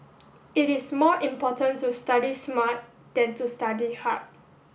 it is more important to study smart than to study hard